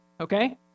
Okay